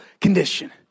condition